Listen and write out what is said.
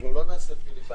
יואב,